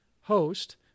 host